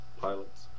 pilots